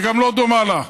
וגם לא דומה לה,